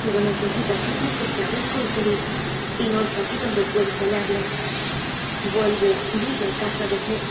pero necesitas uno que sea rico y feliz y no es aquí donde puedes hallar le vuelve vuelve a casa de